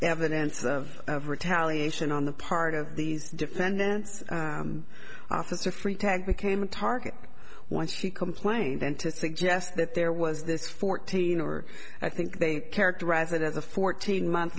evidence of of retaliation on the part of these defendants officer three tad became a target once she complained and to suggest that there was this fourteen or i think they characterize it as a fourteen month